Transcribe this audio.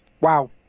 Wow